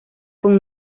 con